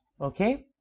okay